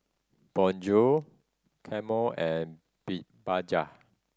Bonjour Camel and Bajaj